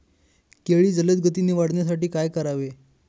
केळी जलदगतीने वाढण्यासाठी काय करावे?